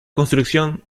construcción